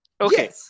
Okay